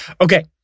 Okay